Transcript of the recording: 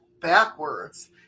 backwards